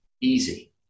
easy